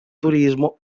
turismo